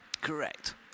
Correct